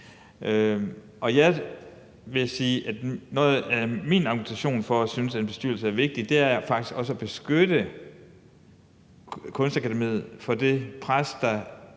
Jeg vil sige, at min argumentation for at synes, at en bestyrelse er vigtig, faktisk også er at beskytte Kunstakademiet mod det pres, der